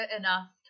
enough